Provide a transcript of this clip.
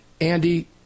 Andy